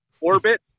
orbit